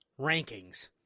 rankings